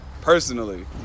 personally